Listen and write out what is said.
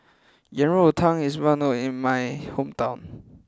Yang Rou Tang is well known in my hometown